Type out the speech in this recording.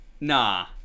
Nah